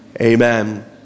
Amen